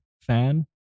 fan